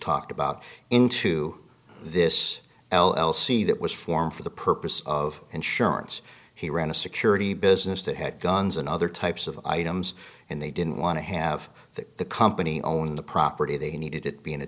talked about into this l l c that was formed for the purpose of insurance he ran a security business that had guns and other types of items and they didn't want to have the company own the property they needed it being a